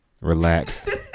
Relax